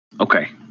Okay